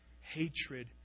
hatred